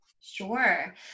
sure